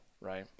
right